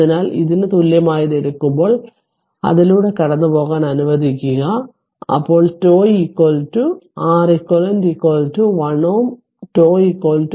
അതിനാൽ ഇതിന് തുല്യമായത് എടുക്കുമ്പോൾ അതിലൂടെ കടന്നുപോകാൻ അനുവദിക്കുക അതിനാൽ τ R eq 1 Ω τ 0